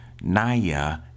Naya